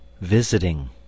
visiting